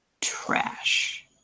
trash